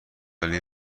ولی